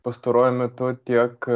pastaruoju metu tiek